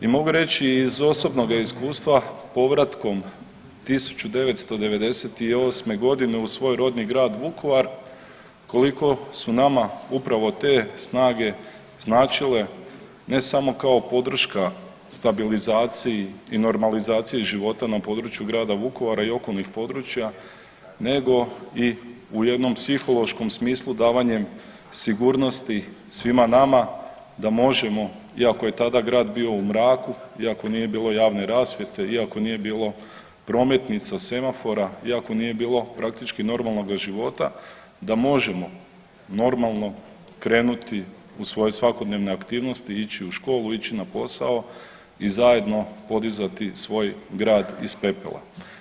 I mogu reći iz osobnoga iskustva povratkom 1998.g. u svoj rodni grad Vukovar koliko su nama upravo te snage značile ne samo kao podrška stabilizaciji i normalizaciji života na području grada Vukovara i okolnih područja nego u jednom psihološkom smislu davanjem sigurnosti svima nama da možemo iako je tada grad bio u mraku, iako nije bilo javne rasvjete, iako nije bilo prometnica, semafora, iako nije bilo praktički normalnoga života da možemo normalno krenuti u svoje svakodnevne aktivnosti i ići u školu, ići na posao i zajedno podizati svoj grad iz pepela.